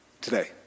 today